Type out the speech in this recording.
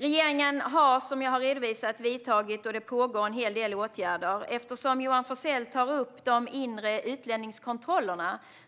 Regeringen har, som jag har redovisat, vidtagit åtgärder - det pågår en hel del. Johan Forssell tar upp de inre utlänningskontrollerna.